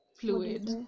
fluid